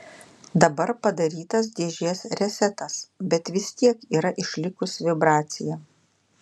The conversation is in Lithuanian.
dabar padarytas dėžės resetas bet vis tiek yra išlikus vibracija